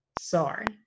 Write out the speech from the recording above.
sorry